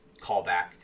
callback